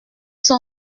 sont